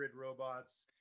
robots